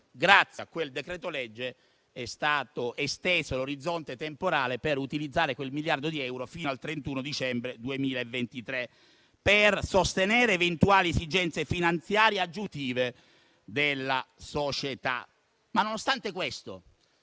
Grazie a quel decreto-legge è stato esteso l'orizzonte temporale per utilizzare quel miliardo di euro fino al 31 dicembre 2023 per sostenere eventuali esigenze finanziarie aggiuntive della società.